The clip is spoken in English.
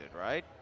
right